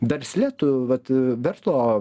versle tu vat verslo